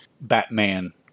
Batman